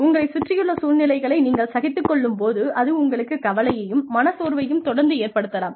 உங்களைச் சுற்றியுள்ள சூழ்நிலைகளை நீங்கள் சகித்துக்கொள்ளும் போது அது உங்களுக்குக் கவலையையும் மனச்சோர்வையும் தொடர்ந்து ஏற்படுத்தலாம்